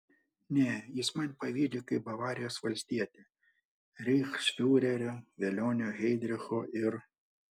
ne jis man pavydi kaip bavarijos valstietė reichsfiurerio velionio heidricho ir